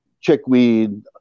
Chickweed